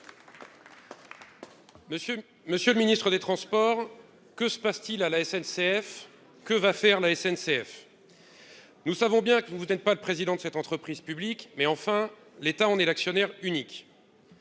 Monsieur le Ministre des transport, que se passe-t-il à la SNCF, que va faire la SNCF nous savons bien que vous vous êtes pas de président de cette entreprise publique, mais enfin, l'État en est l'actionnaire unique.